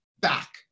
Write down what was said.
back